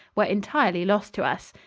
were entirely lost to us.